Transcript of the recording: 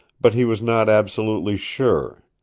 but he was not absolutely sure.